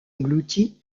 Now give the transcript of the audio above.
englouti